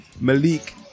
Malik